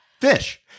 Fish